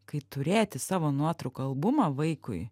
kai turėti savo nuotraukų albumą vaikui